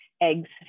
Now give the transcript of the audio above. eggs